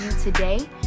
today